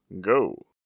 go